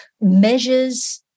measures